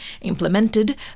implemented